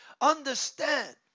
Understand